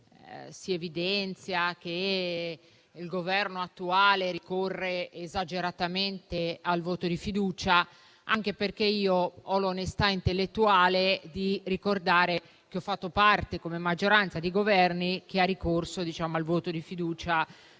si evidenzia che il Governo attuale ricorre esageratamente al voto di fiducia, anche perché io ho l’onestà intellettuale di ricordare che ho fatto parte della maggioranza di Governi che hanno fatto ricorso al voto di fiducia